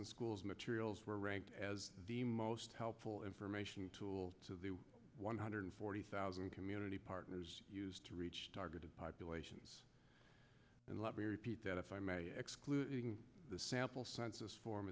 and schools materials were ranked as the most helpful information tool to one hundred forty thousand community partners to reach targeted populations and let me repeat that if i may exclude the sample census form